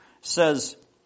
says